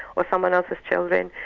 or someone else's children.